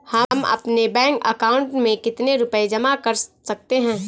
हम अपने bank account में कितने रुपये जमा कर सकते हैं?